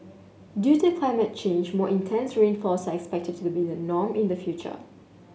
due to climate change more intense rainfalls are expected to be the norm in the future